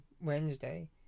Wednesday